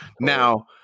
now